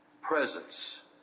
presence